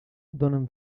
donen